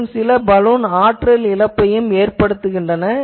மேலும் சில பலூன் ஆற்றல் இழப்பையும் ஏற்படுத்துகின்றன